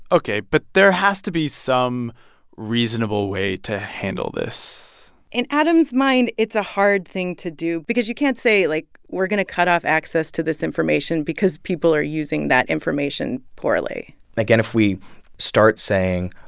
ok. but there has to be some reasonable way to handle this in adam's mind, it's a hard thing to do because you can't say, like, we're going to cut off access to this information because people are using that information poorly again, if we start saying,